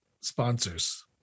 sponsors